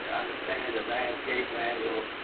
understand the landscape manual,